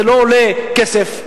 זה לא עולה כסף,